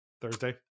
Thursday